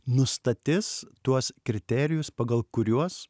nustatys tuos kriterijus pagal kuriuos